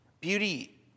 Beauty